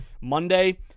monday